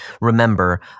remember